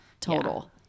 Total